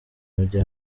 mujye